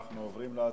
אנחנו עוברים להצבעה.